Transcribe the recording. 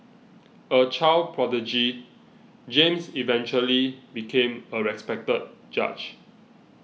a child prodigy James eventually became a respected judge